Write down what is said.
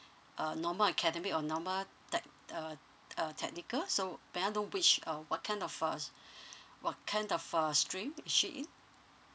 a normal academic or normal tech~ uh uh technical so may I know which uh what kind of uh what kind of uh stream she in